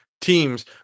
teams